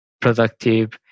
productive